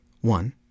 one